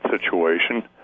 situation